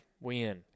win